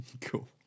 Cool